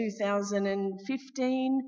2015